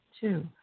Two